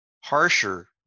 harsher